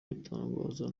bitangazwa